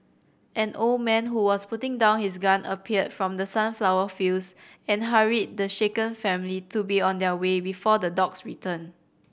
an old man who was putting down his gun appeared from the sunflower fields and hurried the shaken family to be on their way before the dogs return